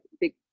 big